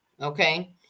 Okay